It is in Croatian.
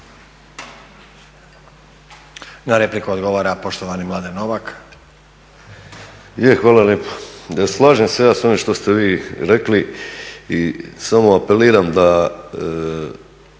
Na repliku odgovara poštovani Mladen Novak.